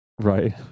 Right